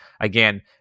Again